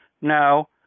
No